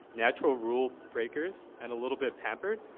natural rule breakers, and little bit pampered.